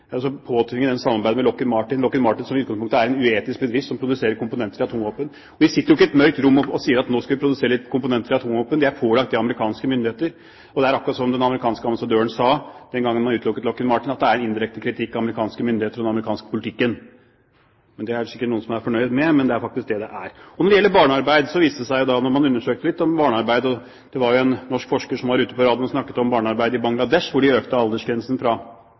påtvinger dem å samarbeide med Lockheed Martin, som i utgangspunktet er en uetisk bedrift som produserer komponenter til atomvåpen. Vi sitter jo ikke i et mørkt rom og sier at nå skal vi produsere noen komponenter til atomvåpen, det er pålagt av de amerikanske myndigheter. Det er akkurat sånn som den amerikanske ambassadøren sa den gangen man utelukket Lockheed Martin, at det er indirekte kritikk av amerikanske myndigheter og den amerikanske politikken. Det er det sikkert noen som er fornøyd med, men det er faktisk det det er. Når det gjelder barnearbeid, var det en norsk forsker som i radioen snakket om barnearbeid i Bangladesh, hvor de økte aldersgrensen fra 12 til 15 år. De fant at ikke et eneste av de barna som jobbet, gikk ut i skole. De gikk over i